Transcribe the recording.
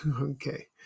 Okay